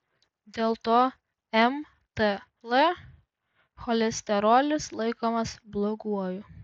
dėl to mtl cholesterolis laikomas bloguoju